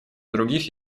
других